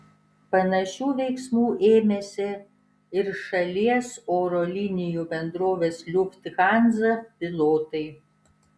panašių veiksmų ėmėsi ir šalies oro linijų bendrovės lufthansa pilotai